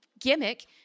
Gimmick